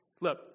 look